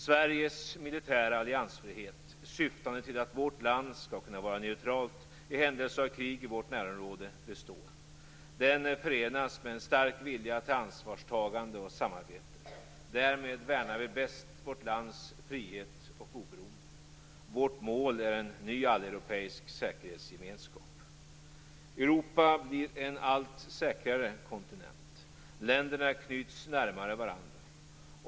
Sveriges militära alliansfrihet, syftande till att vårt land skall kunna vara neutralt i händelse av krig i vårt närområde, består. Den förenas med en stark vilja till ansvarstagande och samarbete. Därmed värnar vi bäst vårt lands frihet och oberoende. Vårt mål är en ny alleuropeisk säkerhetsgemenskap. Europa blir en allt säkrare kontinent. Länderna knyts närmare varandra.